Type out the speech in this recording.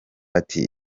ati